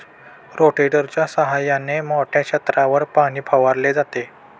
रोटेटरच्या सहाय्याने मोठ्या क्षेत्रावर पाणी फवारले जाते